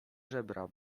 żebra